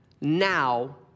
now